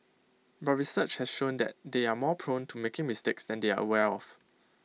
but research has shown that they are more prone to making mistakes than they are aware of